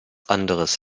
anderes